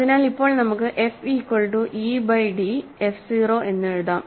അതിനാൽ ഇപ്പോൾ നമുക്ക് f equal to e by d f 0 എന്ന് എഴുതാം